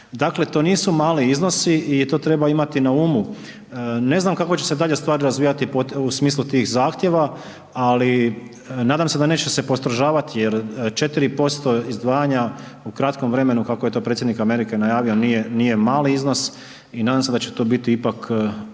Dakle, to nisu mali iznosi i to treba imati na umu. Ne znam kako će se dalje stvar razvijati u smislu tih zahtjeva, ali nadam se da neće se postrožavati, jer 4% izdvajanja u kratkom vremenu kako je to predsjednik Amerike najavio, nije mali iznos i nadam se da će to biti ipak